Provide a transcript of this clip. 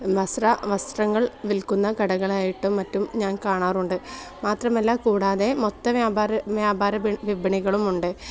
വസ്ത്രങ്ങൾ വിൽക്കുന്ന കടകളായിട്ടും മറ്റും ഞാൻ കാണാറുണ്ട് മാത്രമല്ല കൂടാതെ മൊത്ത വ്യാപാര വ്യാപാര വിപണികളും ഉണ്ട്